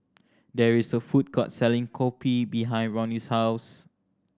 there is a food court selling kopi behind Ronny's house